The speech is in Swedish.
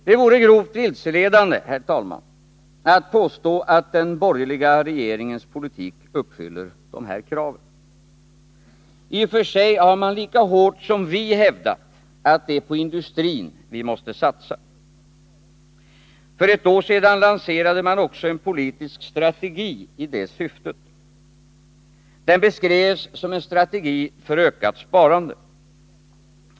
Det vore, herr talman, grovt vilseledande att påstå att den borgerliga regeringens politik uppfyller de här kraven. I och för sig har man lika hårt som vi hävdat att det är på industrin vi måste satsa. För ett år sedan lanserade man också en politisk strategi i det syftet. Den beskrevs som en strategi för ökat sparande.